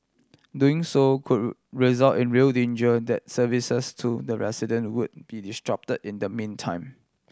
doing so could result in real danger that services to the resident would be disrupt in the meantime